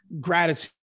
gratitude